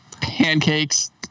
pancakes